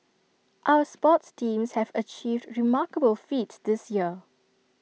our sports teams have achieved remarkable feats this year